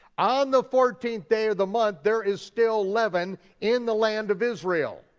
on the fourteenth day of the month, there is still leaven in the land of israel.